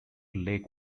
lake